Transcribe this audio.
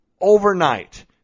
overnight